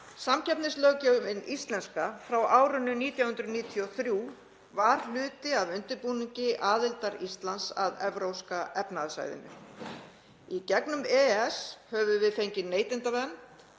samkeppnislöggjöfin frá árinu 1993 var hluti af undirbúningi aðildar Íslands að Evrópska efnahagssvæðinu. Í gegnum EES höfum við fengið neytendavernd